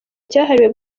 cyahariwe